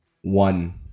one